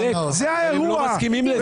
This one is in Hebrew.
צודק אבל הם לא מסכימים לזה.